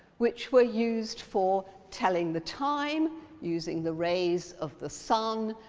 which were used for telling the time using the rays of the sun,